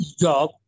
job